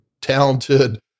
talented